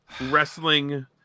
Wrestling